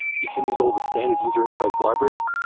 you can use all the standard user interface libraries.